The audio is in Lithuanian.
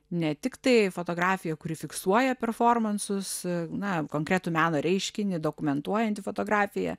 ne tiktai fotografija kuri fiksuoja performansus na konkretų meno reiškinį dokumentuojanti fotografija